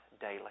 daily